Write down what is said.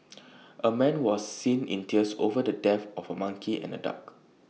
A man was seen in tears over the death of A monkey and A duck